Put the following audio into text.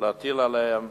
להטיל עליהן